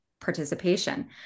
Participation